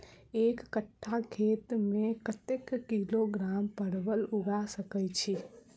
एक कट्ठा खेत मे कत्ते किलोग्राम परवल उगा सकय की??